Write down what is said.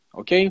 ok